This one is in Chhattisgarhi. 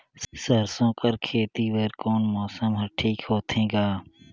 सरसो कर खेती बर कोन मौसम हर ठीक होथे ग?